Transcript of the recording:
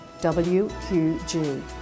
WQG